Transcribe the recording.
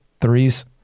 threes